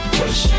push